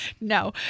no